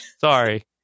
Sorry